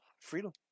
freedom